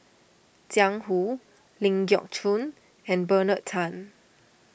Jiang Hu Ling Geok Choon and Bernard Tan